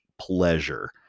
pleasure